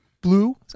blue